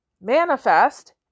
manifest